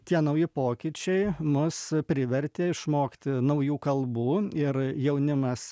tie nauji pokyčiai mus privertė išmokti naujų kalbų ir jaunimas